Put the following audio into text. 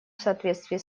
соответствии